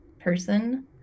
person